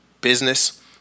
business